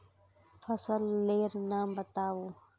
फसल लेर नाम बाताउ?